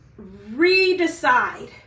redecide